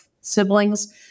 siblings